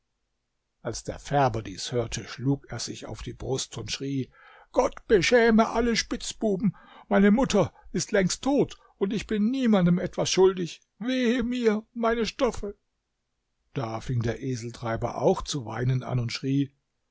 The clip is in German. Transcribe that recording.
als der färber dies hörte schlug er sich auf die brust und schrie gott beschäme alle spitzbuben meine mutter ist längst tot und ich bin niemandem etwas schuldig wehe mir meine stoffe da fing der eseltreiber auch zu weinen an und schrie